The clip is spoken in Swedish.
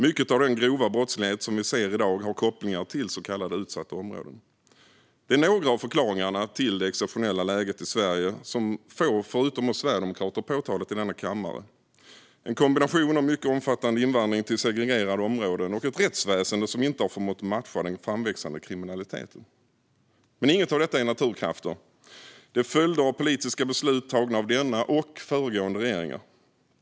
Mycket av den grova brottslighet som vi i dag ser har kopplingar till så kallade utsatta områden. Det är några av förklaringarna till det exceptionella läget i Sverige, men få förutom vi sverigedemokrater har framhållit dem i denna kammare. Det är alltså fråga om en kombination av mycket omfattande invandring till segregerade områden och ett rättsväsen som inte har förmått matcha den framväxande kriminaliteten. Men inget av detta är naturkrafter. Det är följder av politiska beslut tagna av denna regering och föregående regeringar.